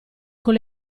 con